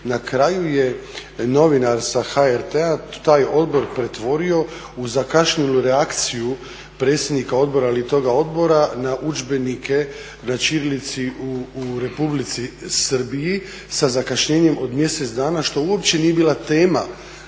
Na kraju je novinar sa HRT-a taj odbor pretvorio u zakašnjelu reakciju predsjednika Odbora ili toga Odbora na udžbenika na ćirilici u Republici Srbiji sa zakašnjenjem od mjesec dana što uopće nije bila tema